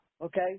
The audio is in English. okay